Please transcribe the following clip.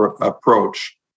approach